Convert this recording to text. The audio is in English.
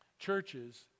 churches